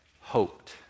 hoped